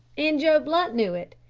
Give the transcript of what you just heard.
and joe blunt knew it.